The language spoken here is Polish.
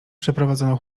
przeprowadzono